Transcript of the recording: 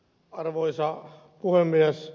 arvoisa puhemies